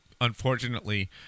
unfortunately